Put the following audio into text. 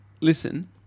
listen